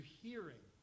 hearing